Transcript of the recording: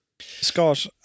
Scott